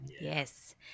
Yes